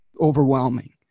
overwhelming